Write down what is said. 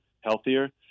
healthier